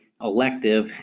elective